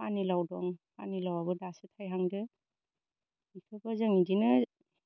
पानिलाव दं पानिलावआबो दासो थाइहांदो इखौबो जों इदिनो